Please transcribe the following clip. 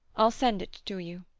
i'll send it to you.